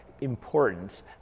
important